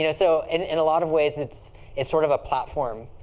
you know so in a lot of ways, it's it's sort of a platform,